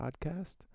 podcast